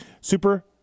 Super